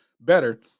better